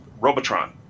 Robotron